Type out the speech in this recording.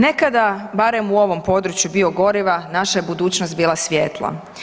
Nekada barem u ovom području biogoriva naša budućnost je bila svjetla.